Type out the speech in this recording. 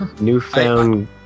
Newfound